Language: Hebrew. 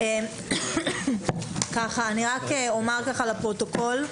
רק אומר לפרוטוקול,